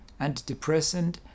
antidepressant